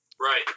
Right